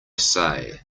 say